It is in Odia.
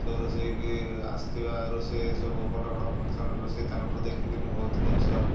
ସବୁ ରୋଷେଇକି ଆସିଥିବା ରୋଷେଇ ସବୁ ବଡ଼ ବଡ଼ ଫଙ୍କ୍ସନ୍ରେ ରୋଷେଇ ତାଙ୍କଠାରୁ ଦେଖିକି ମୁଁ ବହୁତ ଜିନିଷ